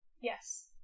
Yes